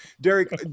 Derek